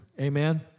Amen